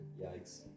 Yikes